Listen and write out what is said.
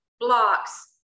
blocks